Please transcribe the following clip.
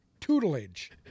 Tutelage